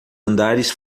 andares